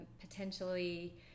Potentially